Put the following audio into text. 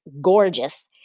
gorgeous